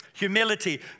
Humility